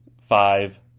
five